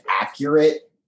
accurate